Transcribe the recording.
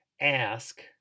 ask